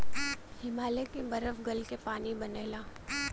हिमालय के बरफ गल क पानी बनेला